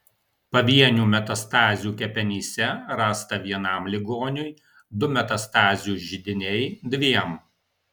pavienių metastazių kepenyse rasta vienam ligoniui du metastazių židiniai dviem